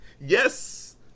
yes